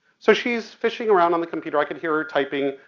so she's fishing around on the computer, i could hear her typing.